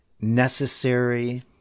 necessary